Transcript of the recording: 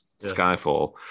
Skyfall